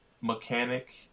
mechanic